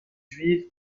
juive